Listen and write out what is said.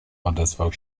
odezwał